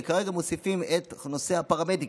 וכרגע מוסיפים את נושא הפרמדיקים.